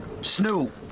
snoop